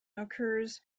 occurs